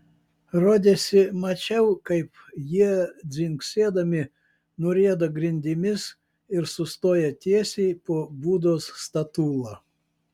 rodėsi mačiau kaip jie dzingsėdami nurieda grindimis ir sustoja tiesiai po budos statula